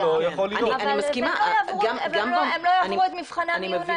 אבל הם גם לא יעברו את מבחני המיון האלה.